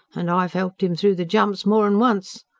and i've helped him through the jumps more'n once.